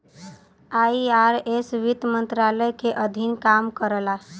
IRS वित्त मंत्रालय के अधीन काम करला